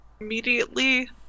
immediately